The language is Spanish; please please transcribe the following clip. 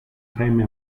jaime